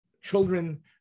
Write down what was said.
children